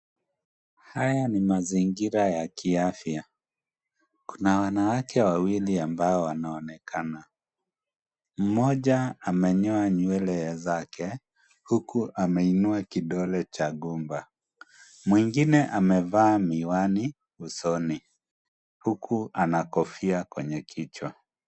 Haya ni mazingira yakiafya kunawanawake wawili ambao wanaonekana mmoja amenyoa nywele zake huku ameinuwa kidole chagumba mwengine amevaa miwani usoni na huku amevaalia kofia.